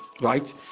right